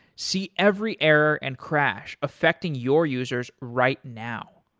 see every error and crash affecting your users right now.